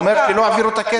הוא אומר שלא העבירו את הכסף.